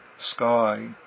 sky